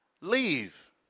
leave